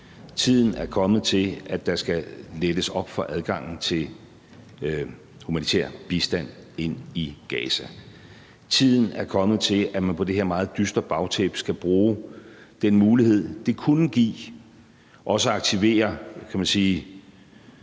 Tiden er kommet til, at der skal lettes for adgangen til at få humanitær bistand ind i Gaza. Tiden er kommet til, at man på det her meget dystre bagtæppe skal bruge den mulighed, det kunne give, også at aktivere de konstruktive